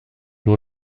nur